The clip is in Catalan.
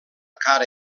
cara